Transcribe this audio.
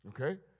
Okay